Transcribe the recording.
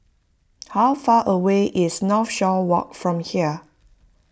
how far away is Northshore Walk from here